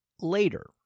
later